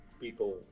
people